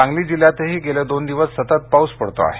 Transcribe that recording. सांगली जिल्ह्यातही गेले दोन दिवस सतत पाऊस पडतो आहे